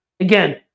Again